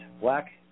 black